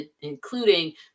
including